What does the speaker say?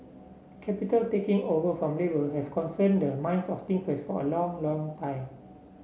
capital taking over from labour has concerned the minds of thinkers for a long long time